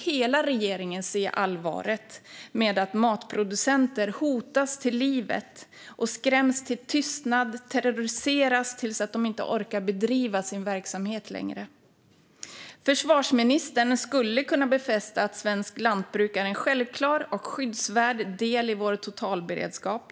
Hela regeringen måste ju se allvaret med att matproducenter hotas till livet, skräms till tystnad och terroriseras tills de inte längre orkar bedriva sin verksamhet. Försvarsministern skulle kunna befästa att svenskt lantbruk är en självklar och skyddsvärd del i vår totalberedskap.